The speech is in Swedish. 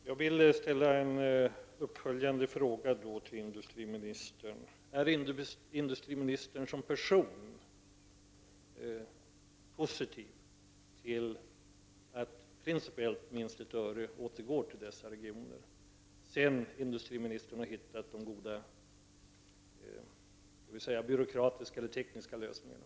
Fru talman! Jag vill ställa en följdfråga till industriministern. Är industriministern som person positiv till att principiellt minst I öre/kWh återgår till dessa regioner, sedan industrimininstern har hittat de goda, eller skall vi säga byråkratiska eller tekniska, lösningarna?